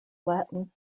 latin